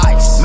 Ice